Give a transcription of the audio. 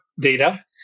data